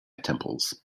temples